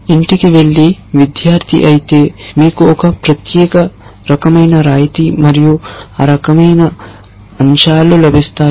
మీరు ఇంటికి వెళ్ళే విద్యార్థి అయితే మీకు ఒక ప్రత్యేక రకమైన రాయితీ మరియు ఆ రకమైన అంశాలు లభిస్తాయి